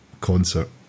concert